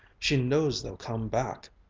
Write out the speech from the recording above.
she knows they'll come back.